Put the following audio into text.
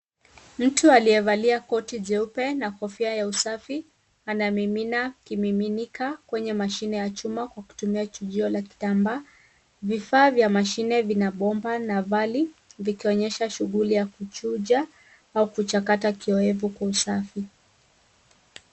Mtu aliyevalia koti jeupe na kofia ya usafi, anamima kimiminika kwenye mashine ya chuma kwa kutumia kichujio cha kitambaa. Vifaa vya mashine vina bomba na vali vikionyesha shughuli ya kuchuja au kuchakata kiowevu kwa usafi.